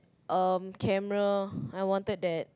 um camera I wanted that